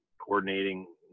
coordinating